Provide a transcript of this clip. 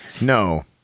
No